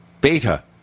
Beta